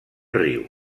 riu